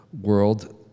world